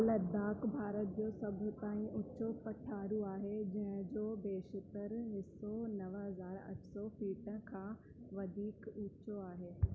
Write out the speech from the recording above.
लद्दाख़ भारत जो सभु ताईं ऊचो पठारू आहे जंहिं जो बेशितरु हिसो नव हज़ार अठ सौ फ़ीट खां वधीक ऊचो आहे